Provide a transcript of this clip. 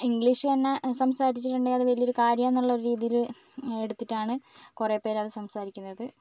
English തന്നെ സംസാരിച്ചിട്ടുണ്ടെങ്കിൽ അത് വലിയൊരു കാര്യം ആണെന്നുള്ള ഒരു രീതിയിൽ എടുത്തിട്ടാണ് കുറേ പേർ അത് സംസാരിക്കുന്നത്